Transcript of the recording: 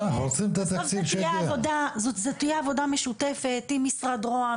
בסוף זו תהיה עבודה משותפת עם משרד ראש הממשלה,